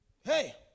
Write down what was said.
Hey